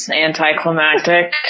anticlimactic